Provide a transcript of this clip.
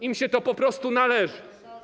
Im się to po prostu należy.